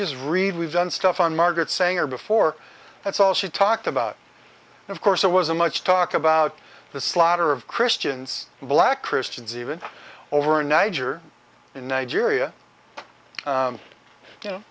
just read we've done stuff on margaret sanger before that's all she talked about of course it was a much talk about the slaughter of christians and black christians even over niger in nigeria you know